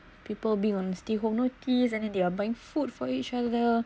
people being on stay home noticed and then they are buying food for each other